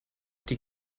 die